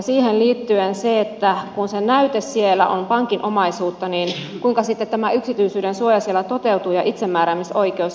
siihen liittyy se että kun se näyte siellä on pankin omaisuutta niin kuinka sitten tämä yksityisyydensuoja ja itsemääräämisoikeus siellä toteutuu